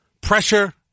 pressure